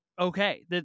okay